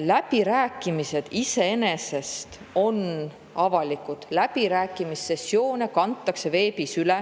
läbirääkimised iseenesest on avalikud, läbirääkimissessioone kantakse veebis üle,